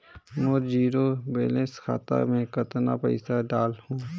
मोर zero balance खाता मे कतना पइसा डाल हूं?